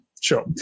sure